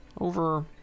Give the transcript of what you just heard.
over